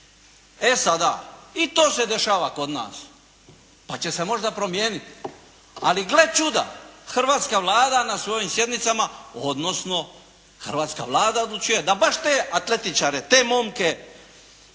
E sada i to se dešava kod nas, pa će se možda promijeniti, ali gle čuda hrvatska Vlada na svojim sjednicama, odnosno hrvatska Vlada odlučuje da baš te atletičare, te momke,